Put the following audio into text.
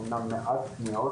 אמנם מעט פניות,